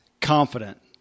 confident